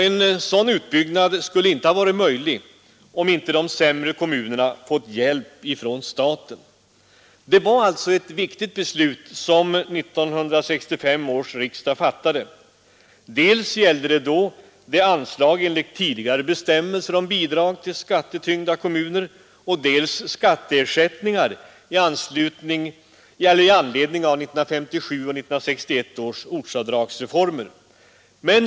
En sådan utbyggnad skulle inte ha varit möjlig om inte de sämre lottade kommunerna fått hjälp av staten. Det var alltså ett viktigt beslut som 1965 års riksdag fattade. Det gällde då dels anslag enligt tidigare bestämmelser om bidrag till skattetyngda kommuner, dels skatteersättningar i anledning av 1957 och 1961 års ortsavdragsreformer.